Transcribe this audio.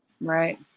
Right